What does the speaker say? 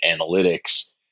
analytics